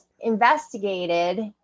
investigated